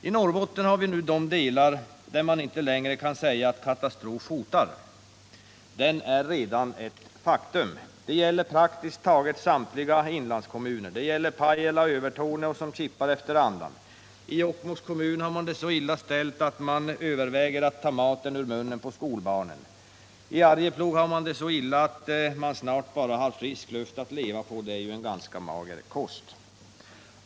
I Norrbotten har vi också de delar där man inte längre kan säga att en katastrof hotar, den är redan ett faktum. Det gäller praktiskt taget samtliga inlandskommuner. Det gäller Pajala och Övertorneå, som kippar efter andan. I Jokkmokks kommun har man det så illa ställt att man överväger att ta maten ur munnen på skolbarnen, I Arjeplog är sysselsättningskrisen så allvarlig att man snart bara har frisk luft att leva på, och det är ju ganska mager kost.